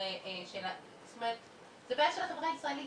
זאת אומרת זו בעיה של החברה הישראלית,